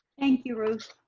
thank you ruth,